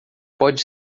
pode